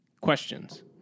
questions